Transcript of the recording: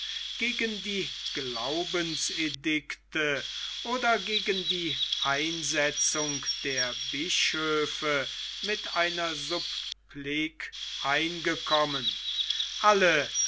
gegen die glaubensedikte oder gegen die einsetzung der bischöfe mit einer supplik eingekommen alle